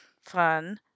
fun